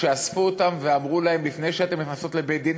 שאספו אותן ואמרו להן: לפני שאתן נכנסות לבית-דין,